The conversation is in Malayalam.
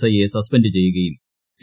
ഐ യെ സസ്പെൻഡ് ചെയ്യുകയും സി